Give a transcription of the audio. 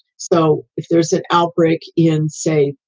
so if there's an outbreak in, say,